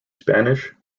spanish